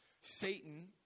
Satan